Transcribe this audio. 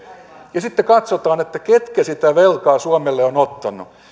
kun sitten katsotaan ketkä sitä velkaa suomelle ovat ottaneet